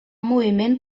moviment